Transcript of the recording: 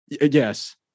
Yes